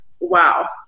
Wow